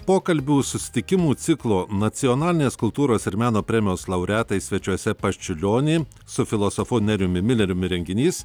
pokalbių susitikimų ciklo nacionalinės kultūros ir meno premijos laureatai svečiuose pas čiurlionį su filosofu nerijumi mileriumi renginys